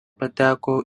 pateko